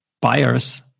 buyers